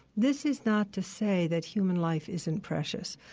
this is not to say that human life isn't precious.